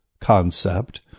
Concept